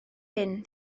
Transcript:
hyn